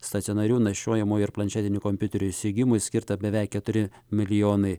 stacionarių nešiojamųjų ir planšetinių kompiuterių įsigijimui skirta beveik keturi milijonai